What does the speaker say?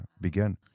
began